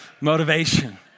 motivation